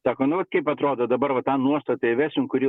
sako nu kaip atrodo dabar va tą nuostatą įvesim kuri